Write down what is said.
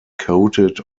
coated